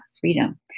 freedom